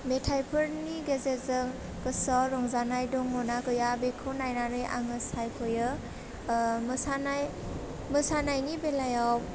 मेथाइफोरनि गेजेरजों गोसोआव रंजानाय दङना गैया बेखौ नायनानै आङो साइखयो मोसानाय मोसानायनि बेलायाव